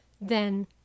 Then